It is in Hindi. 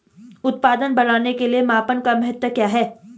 उत्पादन बढ़ाने के मापन का महत्व क्या है?